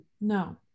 No